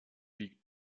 liegt